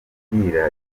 kwiragiza